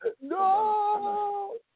No